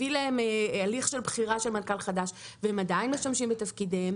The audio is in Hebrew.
הביא להם הליך בחירה של מנכ"ל חדש והם עדיין משמשים בתפקידיהם.